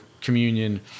communion